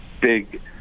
big –